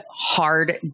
hard